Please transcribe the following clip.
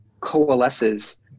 coalesces